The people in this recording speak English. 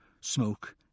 smoke